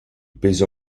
peso